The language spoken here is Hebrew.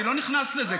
אני לא נכנס לזה,